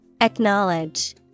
Acknowledge